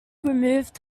removed